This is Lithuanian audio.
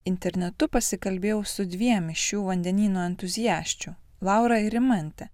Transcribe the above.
internetu pasikalbėjau su dviem iš šių vandenyno entuziasčių laura ir rimante